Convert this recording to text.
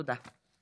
תודה.